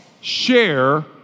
Share